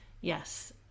yes